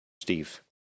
Steve